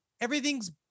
everything's